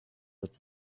with